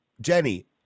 Jenny